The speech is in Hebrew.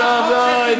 יריב,